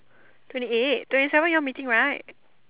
twenty eight twenty seven you all meeting right